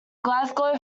glasgow